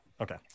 Okay